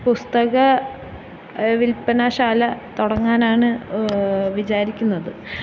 പുസ്തക വില്പ്പനശാല തുടങ്ങാനാണ് വിചാരിക്കുന്നത്